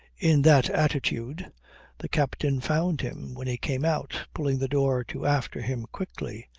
in that attitude the captain found him, when he came out, pulling the door to after him quickly.